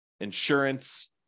insurance